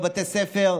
בבתי ספר.